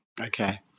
Okay